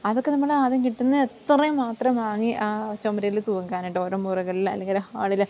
അതൊക്കെ നമ്മൾ ആദ്യം കിട്ടുന്നത് അത്രയും മാത്രം വാങ്ങി ആ ചുമരിൽ തൂക്കാനായിട്ട് ഓരോ മുറികളിൽ അല്ലെങ്കിൽ ഹാളിൽ